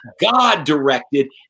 God-directed